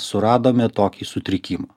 suradome tokį sutrikimą